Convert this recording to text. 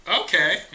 Okay